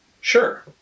Sure